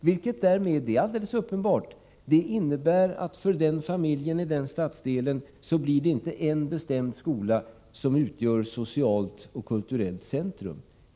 Detta innebär alldeles uppenbart för en familj i en sådan stadsdel — en ytterstadsdel i en storstad — att det inte blir en bestämd skola som utgör socialt och kulturellt centrum.